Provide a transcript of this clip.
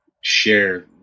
share